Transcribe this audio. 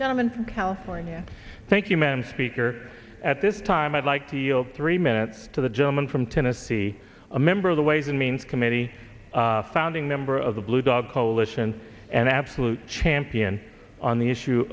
gentleman from california thank you men speaker at this time i'd like to yield three minutes to the gentleman from tennessee a member of the ways and means committee founding member of the blue dog coalition an absolute champion on the issue